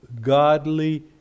godly